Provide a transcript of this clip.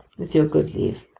with your good leave,